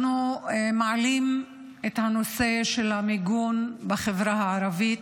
אנחנו מעלים את הנושא של המיגון בחברה הערבית.